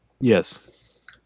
Yes